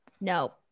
No